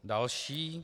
Další